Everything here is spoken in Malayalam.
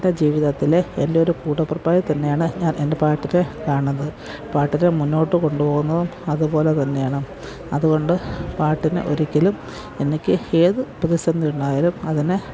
എൻ്റെ ജീവിതത്തില് എൻറ്റൊരു കൂടപ്പിറപ്പായിത്തന്നെയാണ് ഞാൻ എൻ്റെ പാട്ടിനെ കാണുന്നത് പാട്ടിനെ മുന്നോട്ട് കൊണ്ടുപോകുന്നതും അതുപോലെതന്നെയാണ് അതുകൊണ്ട് പാട്ടിനെ ഒരിക്കലും എനിക്ക് ഏത് പ്രതിസന്ധിയുണ്ടായാലും അതിനെ